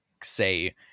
say